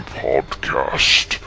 podcast